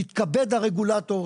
יתכבד הרגולטור,